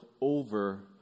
over